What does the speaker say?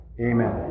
Amen